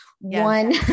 one